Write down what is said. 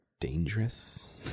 dangerous